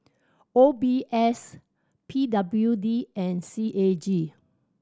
O B S P W D and C A G